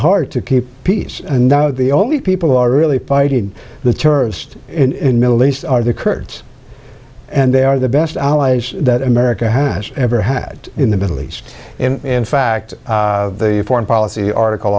hard to keep peace and the only people who are really fighting the terrorists in middle east are the kurds and they are the best allies that america has ever had in the middle east in fact the foreign policy article